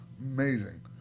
Amazing